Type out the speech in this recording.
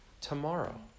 tomorrow